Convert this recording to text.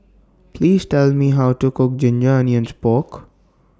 Please Tell Me How to Cook Ginger Onions Pork